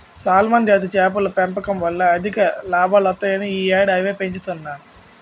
salmon జాతి చేపల పెంపకం వల్ల అధిక లాభాలొత్తాయని ఈ యేడూ అయ్యే పెంచుతన్ను